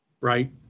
right